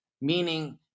meaning